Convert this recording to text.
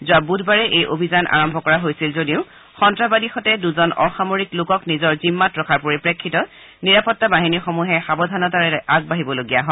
যোৱা বুধবাৰে এই অভিযান আৰম্ভ কৰা হৈছিল যদিও সন্নাসবাদীহতে দুজন অসামৰিক লোকক নিজৰ জিম্মাত ৰখাৰ পৰিপ্ৰেক্ষিতত নিৰাপত্তা বাহিনীসমূহে সাৰধানতাৰে আগবাঢ়িবলগীয়া হয়